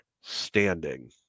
standing